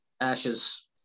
Ashes